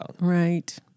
Right